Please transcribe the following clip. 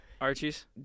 Archie's